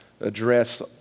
address